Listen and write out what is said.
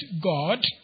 God